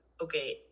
okay